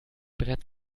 brett